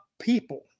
people